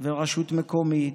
והרשות המקומית,